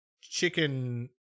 chicken